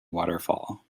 waterfall